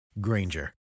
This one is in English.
Granger